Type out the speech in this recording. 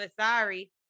Sorry